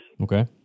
Okay